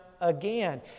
again